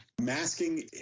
Masking